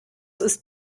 ist